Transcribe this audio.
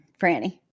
Franny